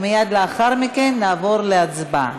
ומייד לאחר מכן נעבור להצבעה.